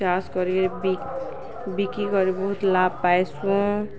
ଚାଷ୍ କରିକି ବିକି କରି ବହୁତ୍ ଲାଭ୍ ପାଏସୁଁ